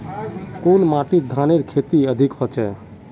कुन माटित धानेर खेती अधिक होचे?